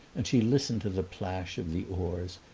and she listened to the plash of the oars,